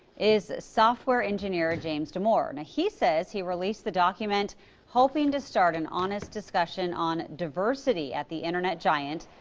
is software engineer james damore. and he says he released the document hoping to start an honest discussion on diversity at the internet giant,